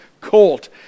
colt